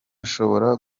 ashobora